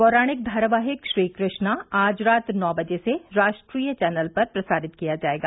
पौराणिक धारावाहिक श्री कृष्णा आज रात नौ बजे से राष्ट्रीय चैनल पर प्रसारित किया जाएगा